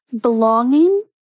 belonging